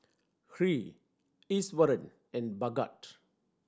Hri Iswaran and Bhagat